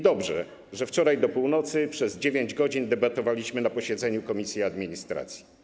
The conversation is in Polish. Dobrze, że wczoraj do północy przez 9 godzin debatowaliśmy na posiedzeniu komisji administracji.